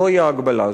זוהי ההגבלה.